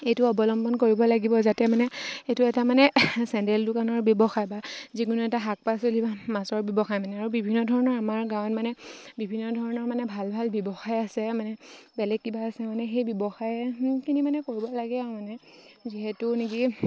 এইটো অৱলম্বন কৰিব লাগিব যাতে মানে এইটো এটা মানে চেণ্ডেল দোকানৰ ব্যৱসায় বা যিকোনো এটা শাক পাচলি বা মাছৰ ব্যৱসায় মানে আৰু বিভিন্ন ধৰণৰ আমাৰ গাঁৱত মানে বিভিন্ন ধৰণৰ মানে ভাল ভাল ব্যৱসায় আছে মানে বেলেগ কিবা আছে মানে সেই ব্যৱসায়খিনি মানে কৰিব লাগে আৰু মানে যিহেতু নেকি